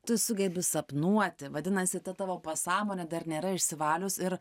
tu sugebi sapnuoti vadinasi ta tavo pasąmonė dar nėra išsivalius ir